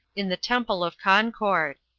in the temple of concord.